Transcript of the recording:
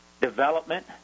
development